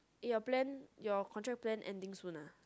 eh your plan your contract plan ending soon ah